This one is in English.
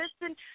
listen